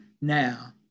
now